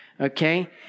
okay